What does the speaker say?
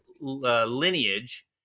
lineage